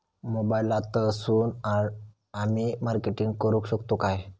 मोबाईलातसून आमी मार्केटिंग करूक शकतू काय?